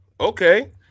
Okay